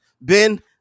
Ben